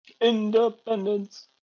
Independence